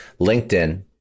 LinkedIn